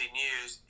news